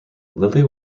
lilley